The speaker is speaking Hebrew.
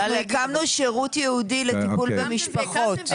אנחנו הקמנו שירות ייעודי לטיפול במשפחות.